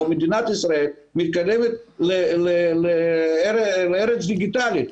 מדינת ישראל מתקדמת לארץ דיגיטלית.